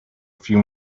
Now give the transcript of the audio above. few